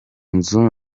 nzu